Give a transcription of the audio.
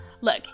look